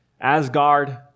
Asgard